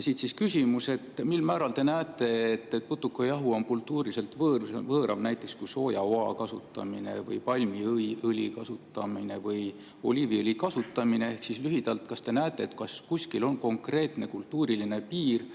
Siit siis küsimus. Mil määral te näete, et putukajahu on kultuuriliselt võõram kui näiteks sojaoa kasutamine, palmiõli kasutamine või oliiviõli kasutamine? Ehk siis lühidalt: kas te näete, et kuskil on konkreetne kultuuriline piir,